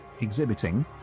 exhibiting